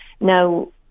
Now